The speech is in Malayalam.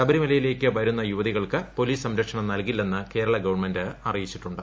ശബരിമലയിലേയ്ക്ക് വരുന്ന യുവതികൾക്ക് പൊലീസ് സംരക്ഷണം നൽകില്ലെന്ന് കേരള ഗവൺമെന്റ് അറിയിച്ചിട്ടുണ്ട്